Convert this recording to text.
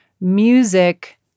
music